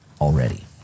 already